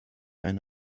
eine